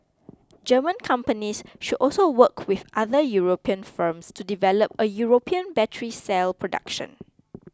German companies should also work with other European firms to develop a European battery cell production